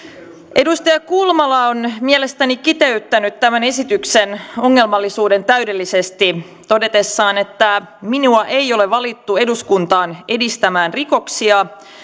edustaja kulmala on mielestäni kiteyttänyt tämän esityksen ongelmallisuuden täydellisesti todetessaan että minua ei ole valittu eduskuntaan edistämään rikoksia